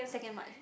second March